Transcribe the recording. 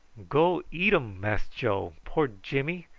go eat um, mass joe, poor jimmy.